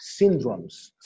syndromes